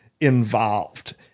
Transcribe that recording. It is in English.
involved